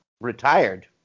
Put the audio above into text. Retired